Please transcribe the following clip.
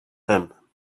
him